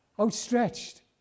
outstretched